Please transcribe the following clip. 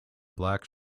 black